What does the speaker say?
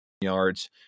yards